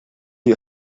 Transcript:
you